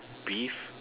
beef